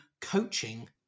coaching